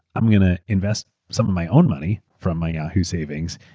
aiam going to invest some of my own money from my yahoo! savings.